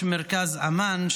ראש מרכז אמאן,